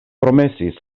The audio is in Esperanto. promesis